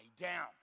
down